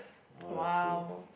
!wow!